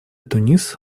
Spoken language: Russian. тунис